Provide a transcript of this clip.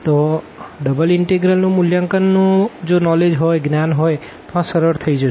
તો જો double integral નું મૂલ્યાંકનનું જ્ઞાન હોય તો આ સરળ થઇ જશે